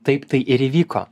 taip tai ir įvyko